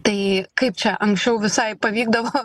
tai kaip čia anksčiau visai pavykdavo